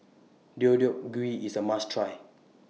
Deodeok Gui IS A must Try